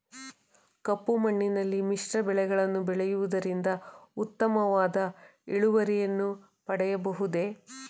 ಕಪ್ಪು ಮಣ್ಣಿನಲ್ಲಿ ಮಿಶ್ರ ಬೆಳೆಗಳನ್ನು ಬೆಳೆಯುವುದರಿಂದ ಉತ್ತಮವಾದ ಇಳುವರಿಯನ್ನು ಪಡೆಯಬಹುದೇ?